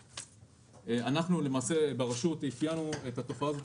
אנחנו ברשות אפיינו את התופעה הזאת